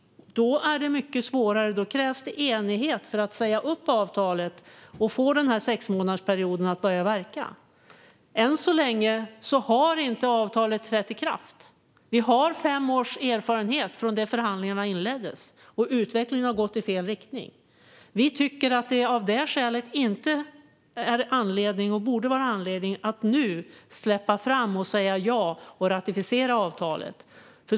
Då är det mycket svårare. Då krävs det enighet för att säga upp avtalet och få denna sexmånadersperiod att börja verka. Än så länge har avtalet inte trätt i kraft. Vi har fem års erfarenhet sedan förhandlingarna inleddes, och utvecklingen har gått i fel riktning. Av detta skäl tycker vi inte att det finns anledning att nu släppa fram, säga ja till och ratificera avtalet.